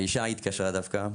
האישה התקשרה דווקא,